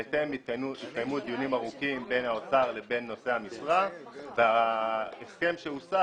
בהתאם התקיימו דיונים ארוכים בין האוצר לבין נושאי המשרה וההסכם שהושג